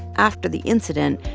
after the incident,